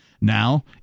Now